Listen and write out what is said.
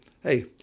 Hey